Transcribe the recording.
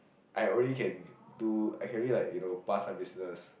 I already can do I can already like you know pass my business